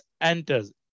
enters